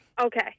Okay